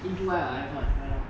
E two I have lor try lor